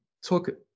talk